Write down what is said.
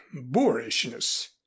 boorishness